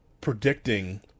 predicting